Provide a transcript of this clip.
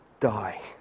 Die